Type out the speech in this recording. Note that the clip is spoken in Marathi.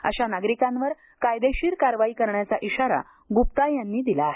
अशा नागरिकांवर कायदेशीर कारवाई करण्याचा इशारा ग्प्पा यांनी दिला आहे